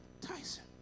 Tyson